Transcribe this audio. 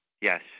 Yes